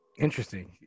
Interesting